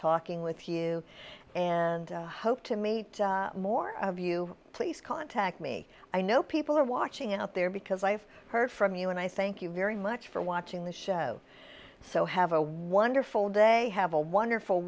talking with you and i hope to meet more of you please contact me i know people are watching out there because i have heard from you and i thank you very much for watching the show so have a wonderful day have a wonderful